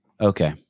okay